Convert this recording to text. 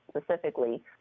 specifically